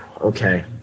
Okay